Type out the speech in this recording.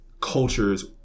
cultures